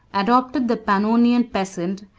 adopted the pannonian peasant,